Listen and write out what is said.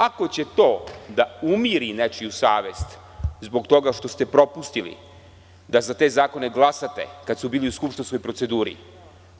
Ako će to da umiri nečiju savest zbog toga što ste propustili da za te zakone glasate kada su bili u skupštinskoj proceduri,